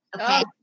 Okay